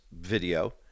video